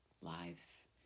lives